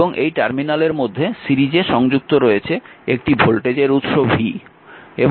এবং এই টার্মিনালের মধ্যে সিরিজে সংযুক্ত রয়েছে একটি ভোল্টেজের উৎস v